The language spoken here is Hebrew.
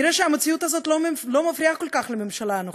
נראה שהמציאות הזאת לא מפריעה כל כך לממשלה הנוכחית,